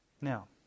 Now